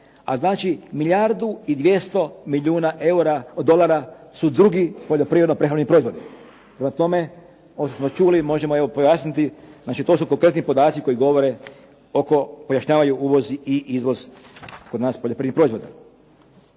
a znači milijardu i 200 milijuna dolara su drugi poljoprivredno prehrambeni proizvodi. Prema tome, ovo što smo čuli možemo evo pojasniti, znači to su konkretni podaci koji govore, koji pojašnjavaju uvoz i izvoz kod nas poljoprivrednih proizvoda.